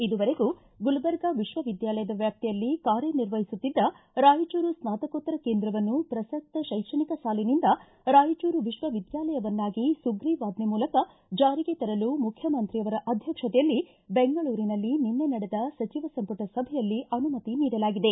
ಇದುವರೆಗೂ ಗುಲಬರ್ಗಾ ವಿಕ್ವವಿದ್ಯಾಲಯದ ವ್ಯಾಪ್ತಿಯಲ್ಲಿ ಕಾರ್ಯ ನಿರ್ವಹಿಸುತ್ತಿದ್ದ ರಾಯಚೂರು ಸ್ನಾತಕೋತ್ತರ ಕೇಂದ್ರವನ್ನು ಪ್ರಸಕ್ತ ಶೈಕ್ಷಣಿಕ ಸಾಲಿನಿಂದ ರಾಯಚೂರು ವಿಶ್ವವಿದ್ಯಾಲಯವನ್ನಾಗಿ ಸುಗ್ರಿವಾಜ್ಜೆ ಮೂಲಕ ಜಾರಿಗೆ ತರಲು ಮುಖ್ಯಮಂತ್ರಿಯವರ ಅಧ್ಯಕ್ಷತೆಯಲ್ಲಿ ಬೆಂಗಳೂರಿನಲ್ಲಿ ನಿನ್ನೆ ನಡೆದ ಸಚಿವ ಸಂಪುಟ ಸಭೆಯಲ್ಲಿ ಅನುಮತಿ ನೀಡಲಾಗಿದೆ